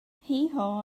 heehaw